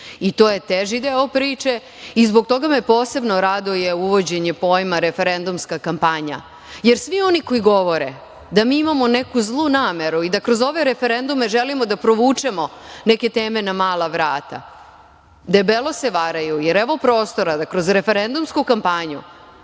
To je teži deo priče i zbog toga me posebno raduje uvođenje pojma „referendumska kampanja“, jer svi oni koji govore da mi imamo neku zlu nameru i da kroz ove referendume želimo da provučemo neke teme na mala vrata, debelo se varaju, jer evo prostora da kroz referendumsku kampanju,